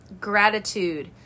gratitude